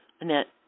Annette